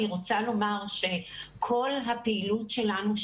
אני רוצה לומר שכל הפעילות שלנו,